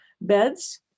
beds